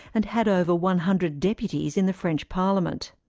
and had over one hundred deputies in the french parliament.